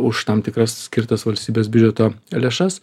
už tam tikras skirtas valstybės biudžeto lėšas